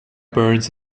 burns